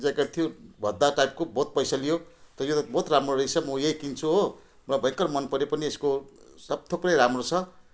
jacket थियो भद्दा टाइपको बहुत पैसा लियो तर यो त बहुत राम्रो रहेछ म यही किन्छु हो मलाई भयङ्कर मन पर्यो पनि यसको सब थुप्रै राम्रो छ